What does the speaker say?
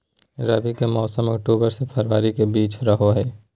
रबी के मौसम अक्टूबर से फरवरी के बीच रहो हइ